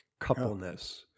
coupleness